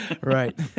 Right